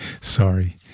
Sorry